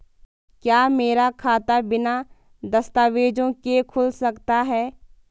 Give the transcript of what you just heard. क्या मेरा खाता बिना दस्तावेज़ों के खुल सकता है?